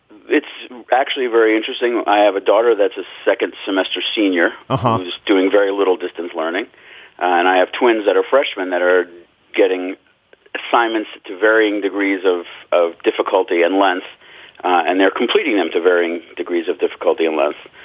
it's actually very interesting. i have a daughter that's a second semester senior. a horse is doing very little distance learning and i have twins that are freshmen that are getting assignments to varying degrees of. of difficulty and leontes and they're completing them to varying degrees of difficulty, unless